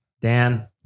Dan